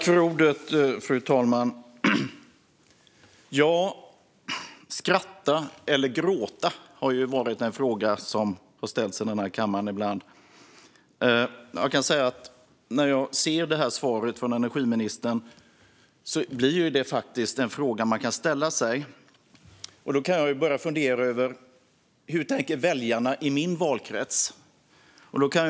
Fru talman! Skratta eller gråta? Det har varit en fråga som ställts i den här kammaren ibland. När man hör svaret från energiministern är det faktiskt en fråga man kan ställa sig. Då börjar jag fundera över hur väljarna i min valkrets tänker.